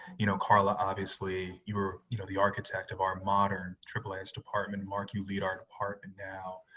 you know karla, obviously you're you know the architect of our modern aaas department, mark, you lead our department now,